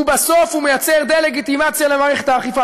ובסוף הוא מייצר דה-לגיטימציה למערכת האכיפה.